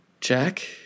Jack